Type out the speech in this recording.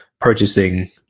purchasing